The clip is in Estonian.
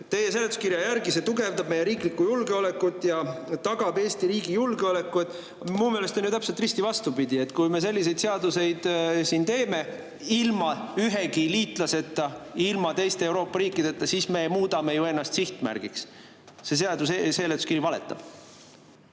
teie seletuskirjast, et see tugevdab meie riiklikku julgeolekut ja tagab Eesti riigi julgeoleku. Mu meelest on ju täpselt risti vastupidi. Kui me selliseid seadusi teeme ilma ühegi liitlaseta, ilma teiste Euroopa riikideta, siis me muudame ju ennast sihtmärgiks. See seletuskiri valetab.